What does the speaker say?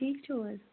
ٹھیٖک چھُو حظ